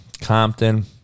Compton